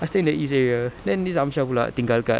I stay in the east area then this amshar pula tinggal kat